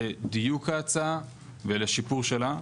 לדיוק ההצעה ולשיפור שלה,